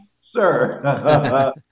sir